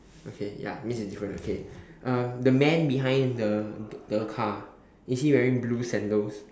okay ya means it's different okay um the man behind the the car is he wearing blue sandals